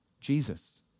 Jesus